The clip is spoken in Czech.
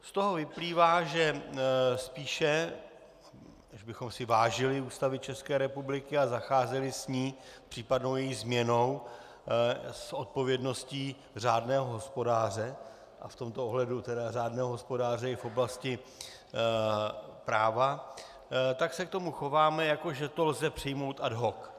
Z toho vyplývá, že spíše než bychom si vážili Ústavy České republiky a zacházeli s ní, s případnou její změnou, s odpovědností řádného hospodáře, a v tomto ohledu tedy řádného hospodáře i v oblasti práva, tak se k tomu chováme, jako že to lze přijmout ad hoc.